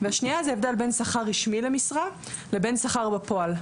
והשנייה היא לגבי ההבדל בין שכר רשמי למשרה ובין שכר בפועל,